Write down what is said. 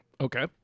Okay